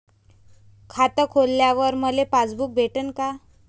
खातं खोलल्यावर मले पासबुक भेटन का?